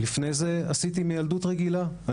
עשיתי מיילדות רגילה.